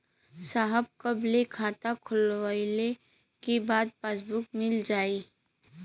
साहब कब ले खाता खोलवाइले के बाद पासबुक मिल जाई?